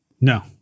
No